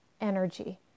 energy